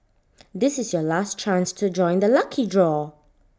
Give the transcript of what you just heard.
this is your last chance to join the lucky draw